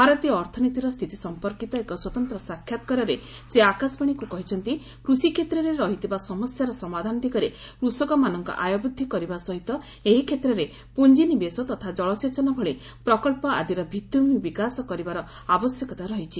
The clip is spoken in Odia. ଭାରତୀୟ ଅର୍ଥନୀତିର ସ୍ଥିତି ସମ୍ପର୍କୀତ ଏକ ସ୍ୱତନ୍ତ୍ର ସାକ୍ଷାତକାରରେ ସେ ଆକାଶବାଣୀକୁ କହିଛନ୍ତି କୃଷି କ୍ଷେତ୍ରରେ ରହିଥିବା ସମସ୍ୟାର ସମାଧାନ ଦିଗରେ କୃଷକମାନଙ୍କ ଆୟ ବୃଦ୍ଧି କରିବା ସହିତ ଏହି କ୍ଷେତ୍ରରେ ପୁଞ୍ଜିନିବେଶ ତଥା ଜଳସେଚନ ଭଳି ପ୍ରକଳ୍ପ ଆଦିର ଭିଭିଭୂମି ବିକାଶ କରିବାର ଆବଶ୍ୟକତା ରହିଛି